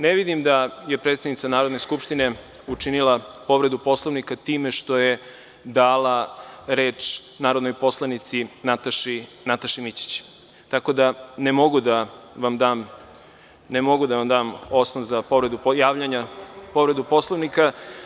Ne vidim da je predsednica Narodne skupštine učinila povredu Poslovnika time što je dala reč narodnoj poslanici Nataši Mićić, tako da ne mogu da vam dam osnov za javljanje po povredi Poslovnika.